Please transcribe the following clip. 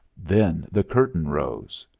then the curtain rose.